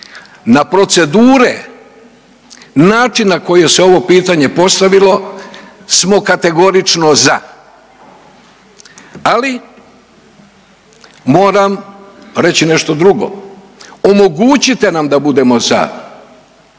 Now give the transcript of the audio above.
na procedure, način na koje se ovo pitanje postavilo smo kategorično za. Ali moram reći nešto drugo, omogućite nam da budemo za.